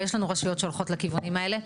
ויש לנו רשויות שהולכות לכיוונים האלה,